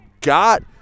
got